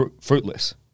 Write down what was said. fruitless